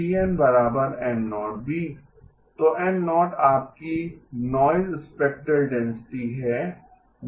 Pn N0 B तो N0 आपकी noise spectral density है